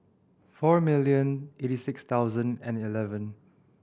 four million eighty six thousand and eleven